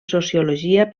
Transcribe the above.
sociologia